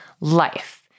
life